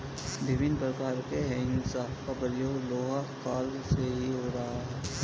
भिन्न प्रकार के हंसिया का प्रयोग लौह काल से ही हो रहा है